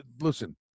Listen